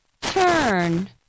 turn